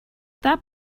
that